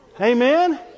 Amen